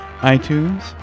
iTunes